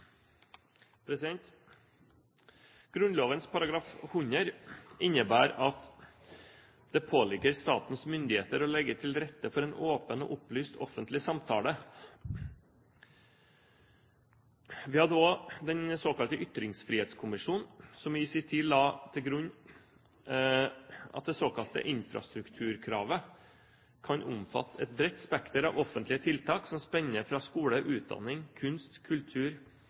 100 innebærer at det påligger statens myndigheter å legge til rette for en åpen og opplyst offentlig samtale. Vi hadde også den såkalte Ytringsfrihetskommisjonen, som i sin tid la til grunn at det såkalte infrastrukturkravet kan omfatte et bredt spekter av offentlige tiltak som spenner fra skole, utdanning, kunst, kultur,